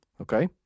Okay